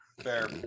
Fair